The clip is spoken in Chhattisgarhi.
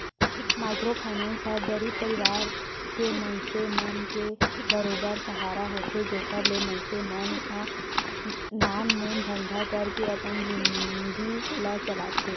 माइक्रो फायनेंस ह गरीब परवार के मनसे मन के बरोबर सहारा होथे जेखर ले मनसे मन ह नानमुन धंधा करके अपन जिनगी ल चलाथे